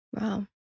Wow